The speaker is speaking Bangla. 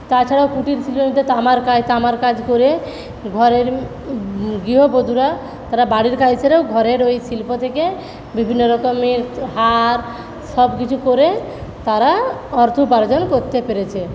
তাছাড়া কুটিরশিল্পের মধ্যে তামার কাজ তামার কাজ করে ঘরের গৃহবধূরা তারা বাড়ির কাজ সেরেও ঘরের ওই শিল্প থেকে বিভিন্ন রকমের হার সবকিছু করে তারা অর্থ উপার্জন করতে পেরেছে